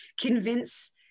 convince